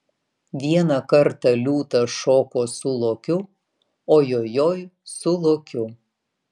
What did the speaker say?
vieną kartą liūtas šoko su lokiu ojojoi su lokiu